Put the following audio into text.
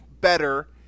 better